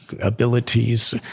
abilities